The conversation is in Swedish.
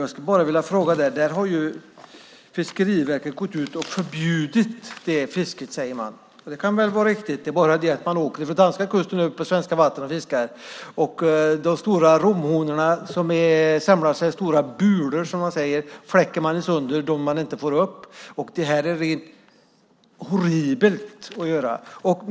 Fiskeriverket har gått ut och förbjudit det fisket, säger man. Det är nog riktigt, men det är bara det att man åker från den danska kusten över på svenska vatten och fiskar. De stora romhonorna samlar sig i stora bulor, och man fläker sönder dem man inte får upp. Det är rent horribelt att göra detta.